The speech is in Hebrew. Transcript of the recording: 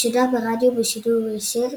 ושודר ברדיו בשידור ישיר,